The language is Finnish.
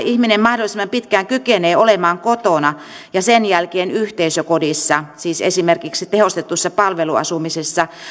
ihminen mahdollisimman pitkään kykenee olemaan kotona ja sen jälkeen yhteisökodissa siis esimerkiksi tehostetussa palveluasumisessa